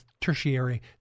tertiary